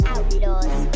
Outlaws